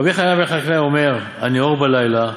רבי חנינא בן חכינאי אומר, הניעור בלילה,